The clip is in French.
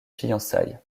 fiançailles